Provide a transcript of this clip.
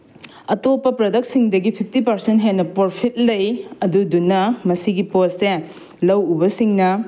ꯑꯇꯣꯞꯄ ꯄ꯭ꯔꯗꯛꯁꯤꯡꯗꯒꯤ fifty percent ꯍꯦꯟꯅ ꯄ꯭ꯔꯣꯐꯤꯠ ꯂꯩ ꯑꯗꯨꯗꯨꯅ ꯃꯁꯤꯒꯤ ꯄꯣꯠꯁꯦ ꯂꯧ ꯎꯕꯁꯤꯡꯅ